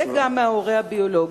וגם מההורה הביולוגי,